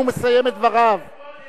הוא מסיים את דבריו.